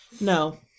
No